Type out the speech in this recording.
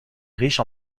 riches